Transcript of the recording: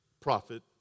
prophet